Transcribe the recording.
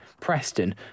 Preston